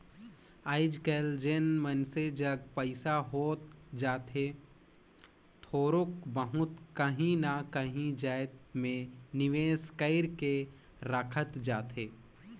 आएज काएल जेन मइनसे जग पइसा होत जाथे थोरोक बहुत काहीं ना काहीं जाएत में निवेस कइर के राखत जाथे